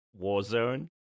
Warzone